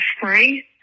free